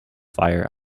fire